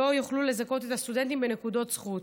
לא יוכלו לזכות את הסטודנטים בנקודות זכות.